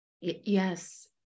yes